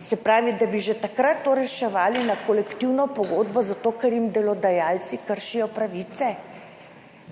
se pravi da bi že takrat to reševali s kolektivno pogodbo zato, ker jim delodajalci kršijo pravice?